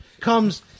comes